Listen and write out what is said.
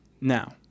Now